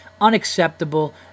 Unacceptable